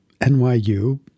NYU